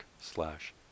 slash